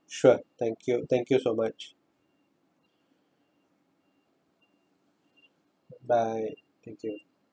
sure thank you thank you so much bye thank you